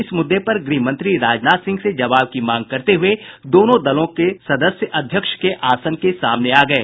इस मुद्दे पर गृहमंत्री राजनाथ सिंह से जवाब की मांग करते हुए दोनों दलों के सदस्य अध्यक्ष के आसन के सामने आ गये